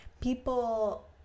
people